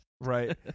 Right